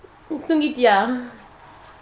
தூங்கிட்டியா:thoonkitia